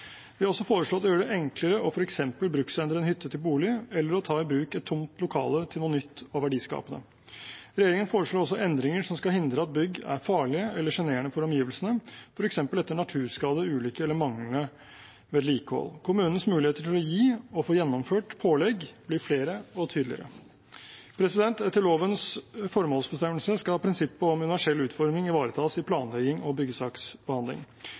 Vi har også foreslått å gjøre det enklere f.eks. å bruksendre en hytte til bolig, eller å ta i bruk et tomt lokale til noe nytt og verdiskapende. Regjeringen foreslår også endringer som skal hindre at bygg er farlige eller sjenerende for omgivelsene, f.eks. etter naturskade, ulykke eller manglende vedlikehold. Kommunens muligheter til å gi og få gjennomført pålegg blir flere og tydeligere. Etter lovens formålsbestemmelse skal prinsippet om universell utforming ivaretas i planlegging og byggesaksbehandling.